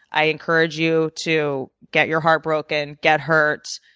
i encourage you to get your heart broken, get hurt,